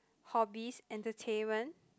hobbies entertainment